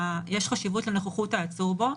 יש חשיבות לנוכחות העצור בו,